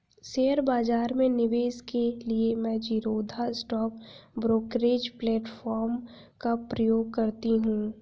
share बाजार में निवेश के लिए मैं ज़ीरोधा स्टॉक ब्रोकरेज प्लेटफार्म का प्रयोग करती हूँ